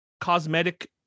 cosmetic